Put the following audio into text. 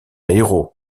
héros